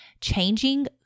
Changing